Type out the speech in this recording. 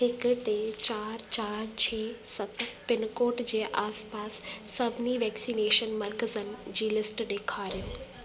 हिकु टे चारि चारि छह सत पिनकोड जे आसपास सभिनी वैक्सीनेशन मर्कज़नि जी लिस्ट ॾेखारियो